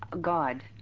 God